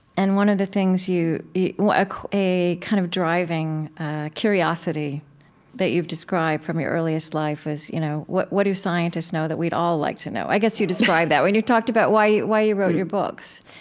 and one of the things you you a kind of driving curiosity that you've described from your earliest life is, you know what what do scientists know that we'd all like to know? i guess you described that when you talked about why you why you wrote your books.